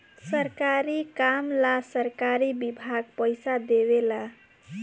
सरकारी काम ला सरकारी विभाग पइसा देवे ला